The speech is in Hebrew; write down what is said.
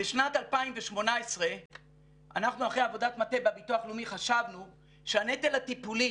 בשנת 2018 אנחנו אחרי עבודת מטה בביטוח לאומי חשבנו שהנטל הטיפולי